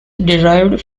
derived